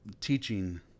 teaching